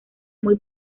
muy